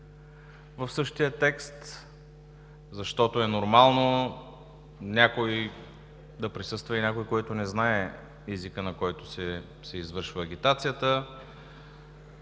в същия текст, защото е нормално да присъства и някой, който не знае езика, на който се извършва агитацията.